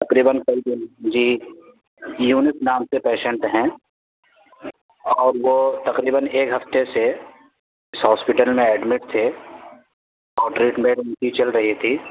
تقریباً کئی دن جی یونس نام سے پیشنٹ ہیں اور وہ تقریباً ایک ہفتے سے اس ہاسپٹل میں ایڈمٹ تھے اور ٹریٹمنٹ ان کی چل رہی تھی